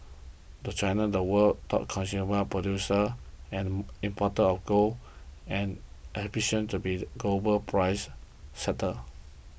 the China the world's top consumer producer and importer of gold and ambitions to be global price setter